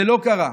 זה לא קרה.